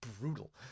brutal